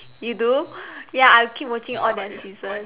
you do ya I keep watching all their season